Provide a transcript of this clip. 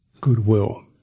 goodwill